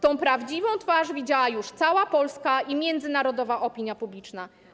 Tę prawdziwą twarz widziała już cała Polska i międzynarodowa opinia publiczna.